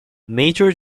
major